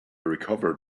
recovered